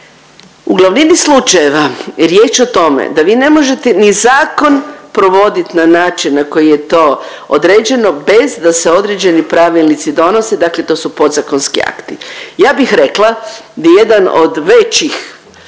U glavnini slučajeva riječ je o tome da vi ne možete ni zakon provodit na način na koji je to određeno bez da se određeni pravilnici donose. Dakle, to su podzakonski akti. Ja bih rekla da jedan od većih